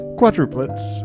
quadruplets